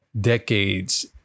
decades